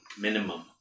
minimum